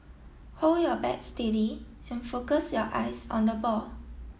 hold your bat steady and focus your eyes on the ball